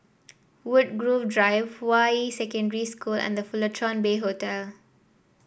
Woodgrove Drive Hua Yi Secondary School and The Fullerton Bay Hotel